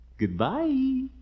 Goodbye